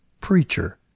preacher